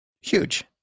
huge